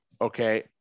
okay